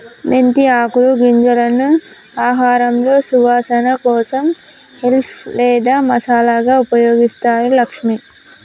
మెంతి ఆకులు గింజలను ఆహారంలో సువాసన కోసం హెల్ప్ లేదా మసాలాగా ఉపయోగిస్తారు లక్ష్మి